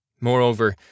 Moreover